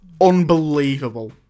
unbelievable